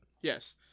Yes